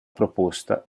proposta